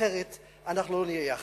אחרת אנחנו לא נהיה יחד.